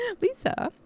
Lisa